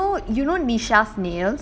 but you know you know nisha's nails